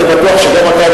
אני בטוח שגם אתה,